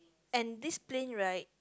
and this plane right